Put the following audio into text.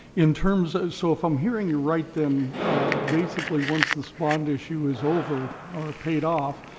in terms of, so if i'm hearing you right then basically once this bond issue is over or paid off,